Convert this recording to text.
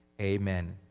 Amen